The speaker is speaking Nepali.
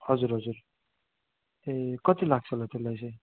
हजुर हजुर ए कति लाग्छ होला त्यसलाई चाहिँ